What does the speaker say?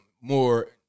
more